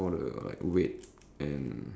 could be ah could be yes